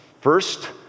First